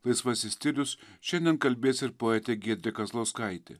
laisvasis stilius šiandien kalbės ir poetė giedrė kazlauskaitė